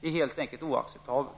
Det är helt enkelt oacceptabelt!